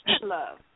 love